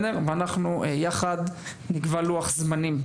ואנחנו יחד נקבע לוח זמנים.